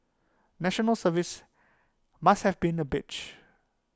National Service must have been A bitch